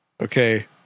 okay